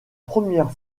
première